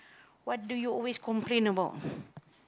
what do you always complain about